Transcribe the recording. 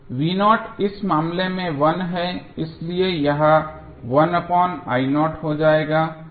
इस मामले में 1 है इसलिए यह 1हो जाएगा